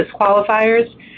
disqualifiers